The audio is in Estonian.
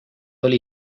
oli